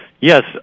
Yes